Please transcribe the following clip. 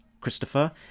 Christopher